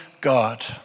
God